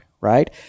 right